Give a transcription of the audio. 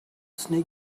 snake